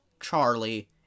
Charlie